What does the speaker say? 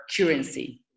currency